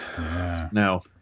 Now